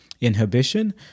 inhibition